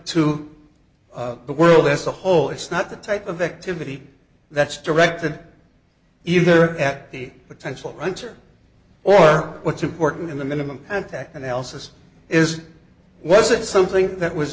to the world as a whole it's not the type of activity that's directed either at the potential renter or what's important in the minimum contact analysis is was it something that was